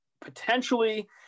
potentially